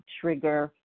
trigger